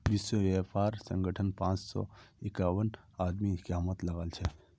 विश्व व्यापार संगठनत पांच सौ इक्यावन आदमी कामत लागल छ